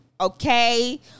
okay